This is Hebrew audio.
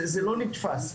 זה לא נתפס.